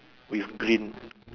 with green